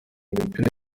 imipira